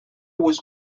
was